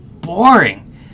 boring